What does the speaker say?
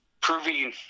proving